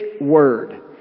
word